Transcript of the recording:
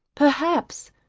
perhaps,